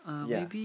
ya